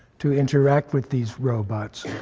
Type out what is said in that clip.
to interact with these robots.